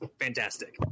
fantastic